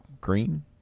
Green